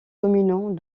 dominant